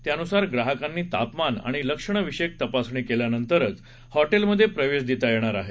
त्यानुसार ग्राहकांची तापमान आणि लक्षणं विषयक तपासणी केल्यानंतरच हॉटेलमधे प्रवेश देता येणार आहे